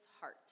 heart